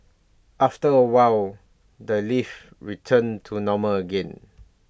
after A while the lift returned to normal again